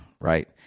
right